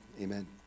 amen